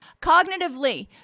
Cognitively